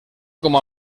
com